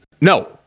No